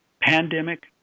pandemic